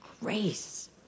grace